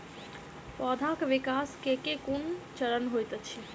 पौधाक विकास केँ केँ कुन चरण हएत अछि?